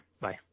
Bye